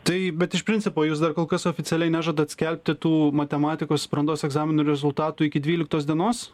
tai bet iš principo jūs dar kol kas oficialiai nežadat skelbti tų matematikos brandos egzaminų rezultatų iki dvyliktos dienos